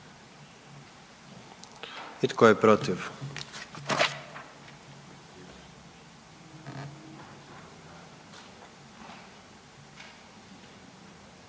I tko je protiv?